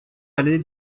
allée